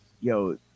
yo